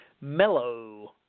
Mellow